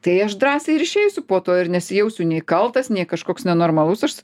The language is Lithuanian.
tai aš drąsiai ir išeisiu po to ir nesijausiu nei kaltas nei kažkoks nenormalus aš